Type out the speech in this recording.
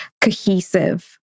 cohesive